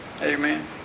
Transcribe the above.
Amen